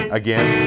again